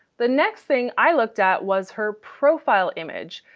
the next thing i looked at was her profile image.